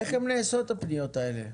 איך נעשות הפניות האלה?